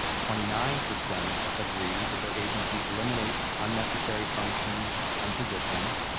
twenty nine percent agree that their agency eliminates unnecessary functions and positions.